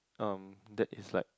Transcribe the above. um that is like